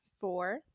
Four